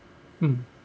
mm